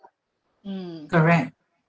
correct